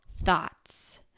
thoughts